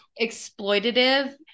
exploitative